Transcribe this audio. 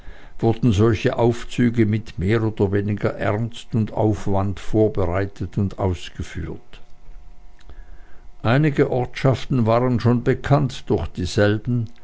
wurden solche aufzüge mit mehr oder weniger ernst und aufwand vorbereitet und ausgeführt einige ortschaften waren schon bekannt durch dieselben